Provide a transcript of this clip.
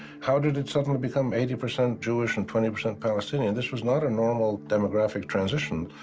how did it suddenly become eighty percent jewish and twenty percent palestinian? this was not a normal demographic transition.